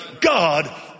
God